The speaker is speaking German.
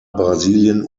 brasilien